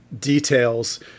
details